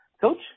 Coach